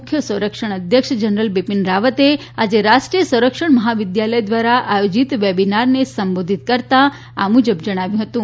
મુખ્ય સંરક્ષણ અધ્યક્ષ જનરલ બીપીન રાવતે આજે રાષ્ટ્રીય સંરક્ષણ મહાવિદ્યાલય દ્વારા આયોજીત વેબિનારને સંબોધિત કરતા આ મુજબ જણાવ્યું હતું